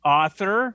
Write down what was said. author